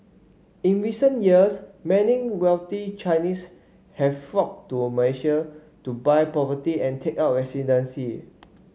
in recent years many wealthy Chinese have flocked to Malaysia to buy property and take up residency